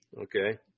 okay